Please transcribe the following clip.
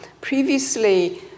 previously